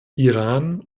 iran